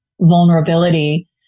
vulnerability